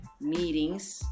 meetings